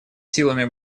силами